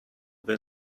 when